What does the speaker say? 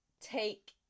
take